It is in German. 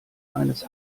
eines